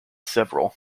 several